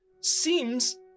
seems